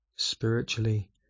spiritually